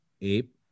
ape